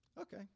Okay